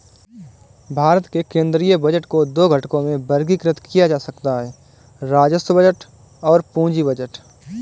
भारत के केंद्रीय बजट को दो घटकों में वर्गीकृत किया जा सकता है राजस्व बजट और पूंजी बजट